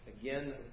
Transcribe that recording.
Again